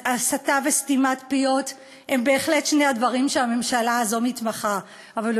אז ההסתה וסתימת פיות הן בהחלט שני הדברים שהממשלה הזאת מתמחה בהם.